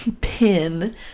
Pin